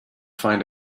find